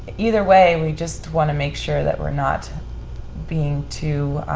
either way, we just wanna make sure that we're not being too.